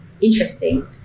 interesting